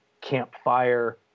campfire